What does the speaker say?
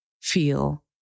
feel